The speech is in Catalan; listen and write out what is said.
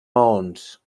maons